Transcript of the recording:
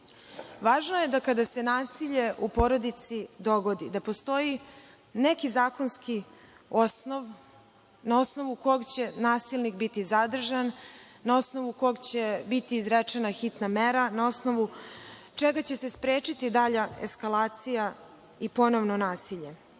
je da kada se nasilje u porodici dogodi da postoji neki zakonski osnov na osnov kog će nasilnik biti zadržan, na osnovu kog će biti izrečena hitna mera, na osnovu čega se sprečiti dalja eskalacija i ponovno nasilje.